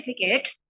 certificate